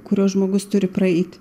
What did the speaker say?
kuriuos žmogus turi praeiti